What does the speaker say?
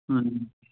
ਹਾਂਜੀ